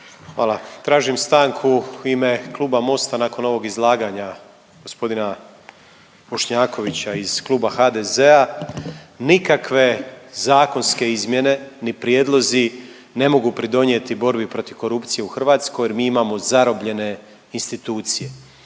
Tražim stanku u ime Kluba Mosta nakon ovog izlaganja g. Bošnjakovića iz Kluba HDZ-a. Nikakve zakonske izmjene ni prijedlozi ne mogu pridonijeti borbi protiv korupcije u Hrvatskoj jer mi imamo zarobljene institucije.